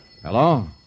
Hello